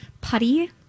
putty